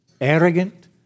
arrogant